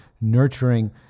nurturing